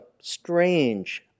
strange